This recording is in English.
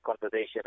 conversation